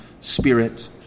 spirit